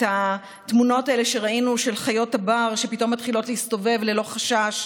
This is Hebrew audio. את התמונות האלה שראינו של חיות הבר שפתאום מתחילות להסתובב ללא חשש?